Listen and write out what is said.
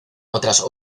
otras